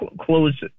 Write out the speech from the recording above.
close